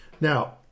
Now